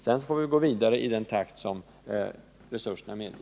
Sedan får vi gå vidare i den takt som resurserna medger.